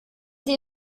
sie